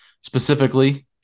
specifically